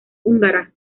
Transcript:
húngara